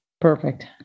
Perfect